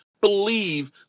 believe